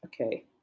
okay